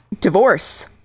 Divorce